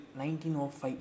1905